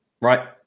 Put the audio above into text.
right